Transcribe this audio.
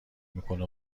میکنه